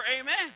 Amen